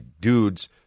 dudes